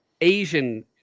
Asian